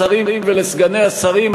לשרים ולסגני השרים,